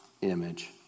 image